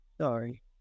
Sorry